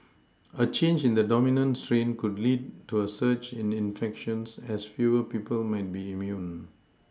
a change in the dominant strain could lead to a surge in infections as fewer people might be immune